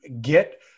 Get –